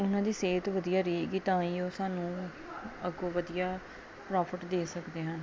ਉਹਨਾਂ ਦੀ ਸਿਹਤ ਵਧੀਆ ਰਹੇਗੀ ਤਾਂ ਹੀ ਉਹ ਸਾਨੂੰ ਅੱਗੋਂ ਵਧੀਆ ਪ੍ਰੋਫਿਟ ਦੇ ਸਕਦੇ ਹਨ